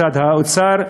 משרד האוצר,